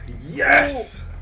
Yes